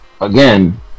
again